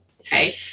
Okay